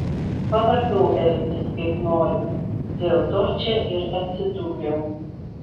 pavargau elgtis kaip noriu dėl to čia ir atsidūriau